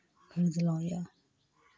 खरीदलहुँ यए